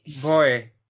Boy